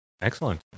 excellent